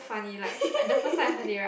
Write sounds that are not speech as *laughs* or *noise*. *laughs*